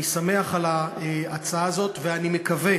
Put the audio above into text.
אני שמח על ההצעה הזאת, ואני מקווה